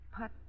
put